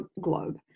globe